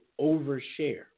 overshare